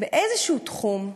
באיזה תחום,